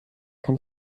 kann